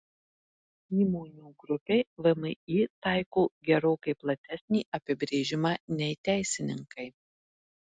įmonių grupei vmi taiko gerokai platesnį apibrėžimą nei teisininkai